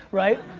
right?